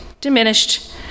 diminished